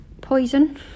poison